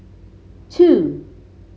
two